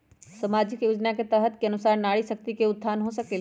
सामाजिक योजना के तहत के अनुशार नारी शकति का उत्थान हो सकील?